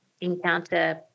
encounter